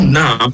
now